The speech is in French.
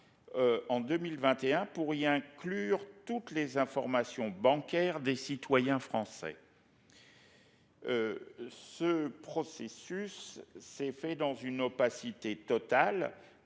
En 2021 pour y inclure toutes les informations bancaires, des citoyens français. Ce processus s'est fait dans une opacité totale